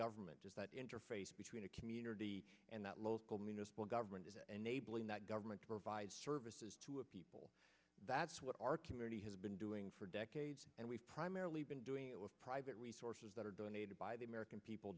government is that interface between a community and that local municipal government is enabling that government to provide services to a people that's what our community has been doing for decades and we've primarily been doing it with private resources that are donated by the american people